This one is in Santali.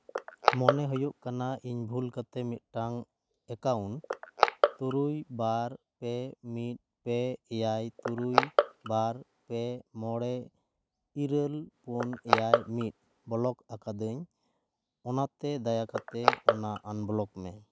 ᱢᱚᱱᱮ ᱦᱩᱭᱩᱜ ᱠᱟᱱᱟ ᱤᱧ ᱵᱷᱩᱞ ᱠᱟᱛᱮᱫ ᱢᱤᱫᱴᱟᱝ ᱮᱠᱟᱣᱩᱱᱴ ᱛᱩᱨᱩᱭ ᱵᱟᱨ ᱯᱮ ᱢᱤᱫ ᱯᱮ ᱮᱭᱟᱭ ᱛᱩᱨᱩᱭ ᱵᱟᱨ ᱯᱮ ᱢᱚᱬᱮ ᱤᱨᱟᱹᱞ ᱯᱩᱱ ᱮᱭᱟᱭ ᱢᱤᱫ ᱵᱞᱚᱠ ᱟᱠᱟᱫᱟᱹᱧ ᱚᱱᱟᱛᱮ ᱫᱟᱭᱟ ᱠᱟᱛᱮᱫ ᱚᱱᱟ ᱟᱱᱵᱞᱚᱠ ᱢᱮ